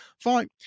Fine